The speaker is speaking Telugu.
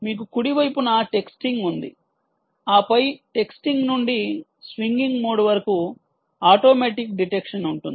మీకు కుడి వైపున టెక్స్టింగ్ ఉంది ఆపై టెక్స్టింగ్ నుండి స్వింగింగ్ మోడ్ వరకు ఆటోమేటిక్ డిటెక్షన్ ఉంటుంది